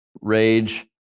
rage